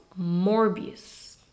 Morbius